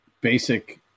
basic